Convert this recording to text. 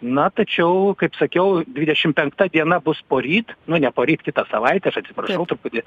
na tačiau kaip sakiau dvidešimt penkta diena bus poryt nu ne poryt kitą savaitę aš atsiprašau truputį